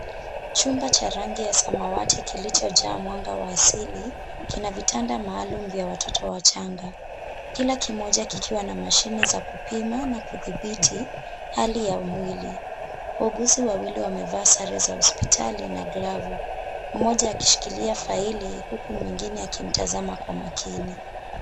Chumba cha rangi ya samawati kilichojaa mwanga wa asili, kina vitanda maalum vya watoto wachanga, kila kimoja kikiwa na mashine za kupima na kudhibiti hali ya mwili. Wauguzi wawili wamevaa sare za hosipitali na glavu, mmoja akishikilia faili huku mwingine akimtazama kwa makini.